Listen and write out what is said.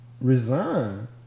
resign